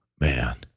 Man